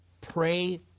pray